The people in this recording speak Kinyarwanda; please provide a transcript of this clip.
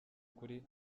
kuri